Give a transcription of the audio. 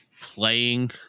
playing